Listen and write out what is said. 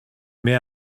may